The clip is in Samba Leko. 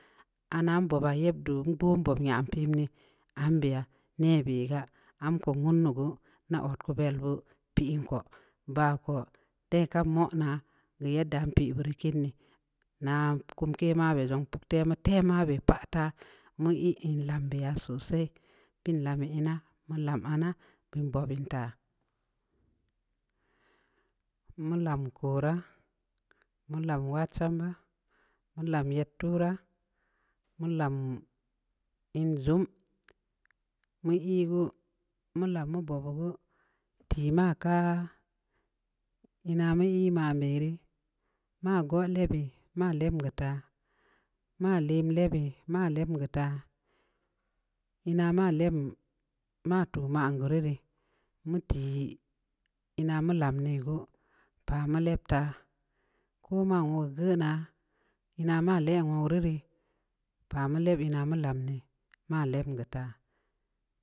Ahnaa nbobaa yeb duu ngboo bobaa nyam piin dii, ambe yaa, neh beh gaa, nwundu gu ndaa, odkuvel beud piin koo, baa ko dai kan moonaa, geu yedda npii beu rii kiini, naa kumke mabe zong puktemu, tem mabe paah taa, mu ii in lambeya sosai, bin lameun inaa. mu lam ahnaa, bin bobn taa, mu lam koraa, mu lam wad chamba, mu lam yed tuu raa, mu lam inn zuum, mu ii geu, mu lam mu bob ya gu, tii maa kaa inaa mu yii man beh rii, maa gooh lebi, maa lebm geu taa, maa lemn lebi? Maa labn geu taa, inaa maa lebm maa tuu man geu kuri rii, mu tii inaa mu lam deu gu, pah mu leb taa, maaa wogu geu naa, inaa maa len wogu ruu rii, pah mu lebl inaa mu lam dii, maa leb geu taa,